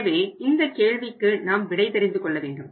எனவே இந்த கேள்விக்கு நாம் விடை தெரிந்து கொள்ள வேண்டும்